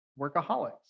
workaholics